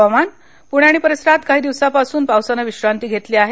हवामान प्रणे आणि परिसरात काही दिवसांपासून पावसानं विश्रांती घेतली आहे